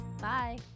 Bye